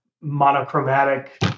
monochromatic